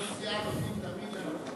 לראש סיעה נותנים תמיד הנחה.